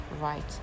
right